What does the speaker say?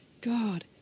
God